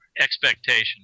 expectation